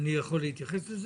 אני יכול להתייחס לזה?